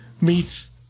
Meets